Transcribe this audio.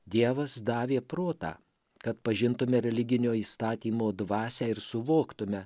dievas davė protą kad pažintume religinio įstatymo dvasią ir suvoktume